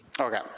okay